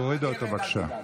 תורידו אותו, בבקשה.